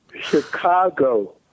Chicago